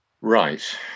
Right